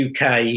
UK